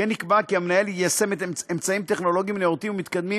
כמו כן נקבע כי המנהל יישם אמצעים טכנולוגיים נאותים ומתקדמים